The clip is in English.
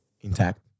Intact